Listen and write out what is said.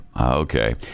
Okay